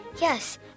Yes